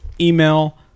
email